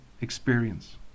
experience